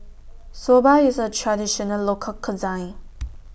Soba IS A Traditional Local Cuisine